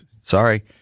Sorry